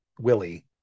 willie